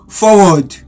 forward